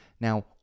now